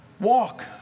Walk